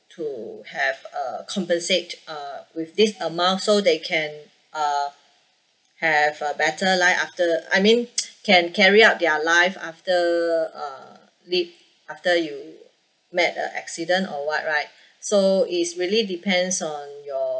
to have uh compensate uh with this amount so they can uh have a better life after I mean can carry out their life after uh lea~ after you met a accident or what right so it's really depends on your